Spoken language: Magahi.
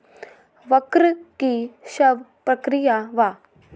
वक्र कि शव प्रकिया वा?